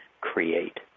create